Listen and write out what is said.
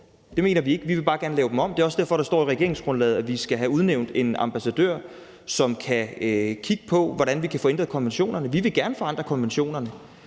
Det mener vi ikke. Vi vil bare gerne lave dem om. Det er også derfor, der står i regeringsgrundlaget, at vi skal have udnævnt en ambassadør, som kan kigge på, hvordan vi kan få ændret konventionerne. Vi vil gerne forandre konventionerne.